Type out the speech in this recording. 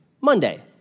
Monday